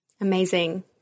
Amazing